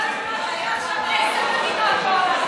אני יכולה לתת לך עשר מדינות בעולם.